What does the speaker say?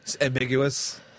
Ambiguous